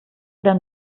oder